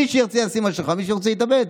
מי שירצה ישים מסכה ומי שירצה יתאבד.